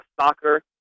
soccer